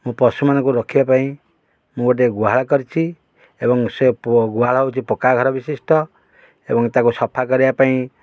ମୁଁ ପଶୁମାନଙ୍କୁ ରଖିବା ପାଇଁ ମୁଁ ଗୋଟେ ଗୁହାଳ କରିଛି ଏବଂ ସେ ଗୁହାଳ ହେଉଛି ପକ୍କା ଘର ବିଶିଷ୍ଟ ଏବଂ ତାକୁ ସଫା କରିବା ପାଇଁ